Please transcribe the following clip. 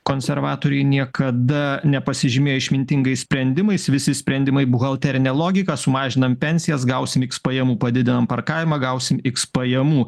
konservatoriai niekada nepasižymėjo išmintingais sprendimais visi sprendimai buhalterinė logika sumažinam pensijas gausim iks pajamų padidinam parkavimą gausim iks pajamų